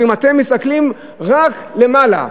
אתם מסתכלים רק למעלה.